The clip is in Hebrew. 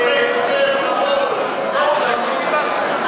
לא צריך להגיע עד לשם, לא צריך להגזים,